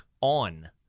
on